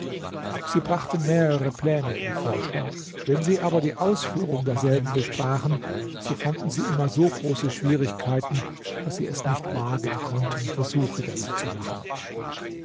sie brachten mehrere pläne in vorschlag wenn sie aber die ausführung derselben besprachen so fanden sie immer so große schwierigkeiten daß sie es nicht wagen konnten versuche damit zu machen